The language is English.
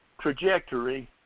trajectory